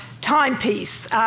timepiece